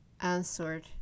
answered